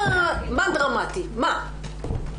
מה דרמטי, מה?